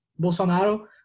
Bolsonaro